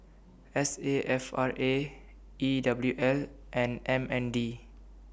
S A F R A E W L and M N D